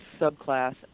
subclass